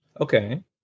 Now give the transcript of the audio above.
Okay